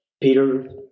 Peter